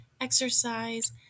exercise